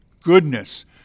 goodness